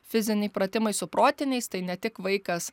fiziniai pratimai su protiniais tai ne tik vaikas